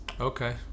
Okay